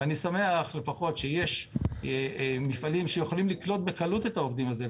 אני שמח לפחות שיש מפעלים שיכולים לקלוט בקלות את העובדים האלה,